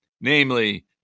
namely